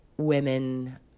women